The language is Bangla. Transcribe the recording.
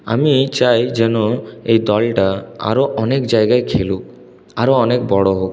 আমি চাই যেন এই দলটা আরও অনেক জায়গায় খেলুক আরও অনেক বড় হোক